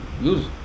use